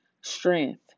strength